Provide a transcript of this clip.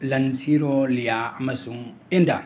ꯂꯟꯁꯤꯔꯣꯂꯤꯌꯥ ꯑꯃꯁꯨꯡ ꯏꯟꯗꯥ